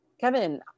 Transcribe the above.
Kevin